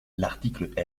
l’article